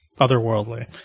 otherworldly